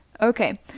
Okay